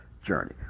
journey